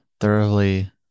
thoroughly